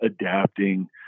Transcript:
adapting